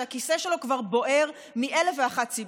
שהכיסא שלו כבר בוער מאלף ואחת סיבות,